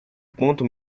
ponto